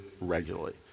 regularly